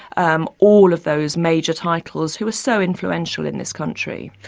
um all of those major titles who are so influential in this country.